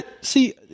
See